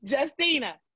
Justina